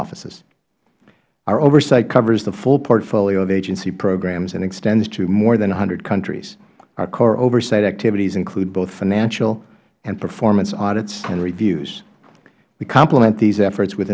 offices our oversight covers the full portfolio of agency programs and extends to more than one hundred countries our core oversight activities include both financial and performance audits and reviews to complement these efforts with